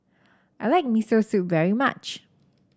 I like Miso Soup very much